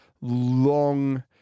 long